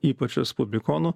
ypač respublikonų